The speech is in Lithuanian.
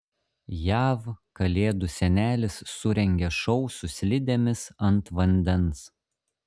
jav kalėdų senelis surengė šou su slidėmis ant vandens